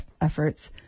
efforts